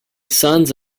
sons